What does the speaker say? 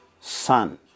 son